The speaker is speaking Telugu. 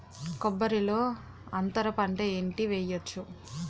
కొబ్బరి లో అంతరపంట ఏంటి వెయ్యొచ్చు?